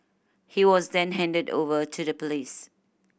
he was then handed over to the police